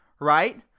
right